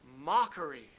mockery